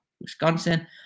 wisconsin